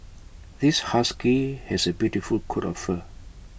this husky has A beautiful coat of fur